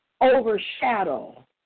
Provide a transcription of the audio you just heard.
overshadow